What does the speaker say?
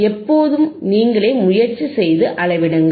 எப்போதும் நீங்களே முயற்சி செய்து அளவீடுகள்